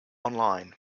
online